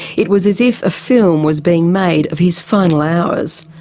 it was as if a film was being made of his final hours.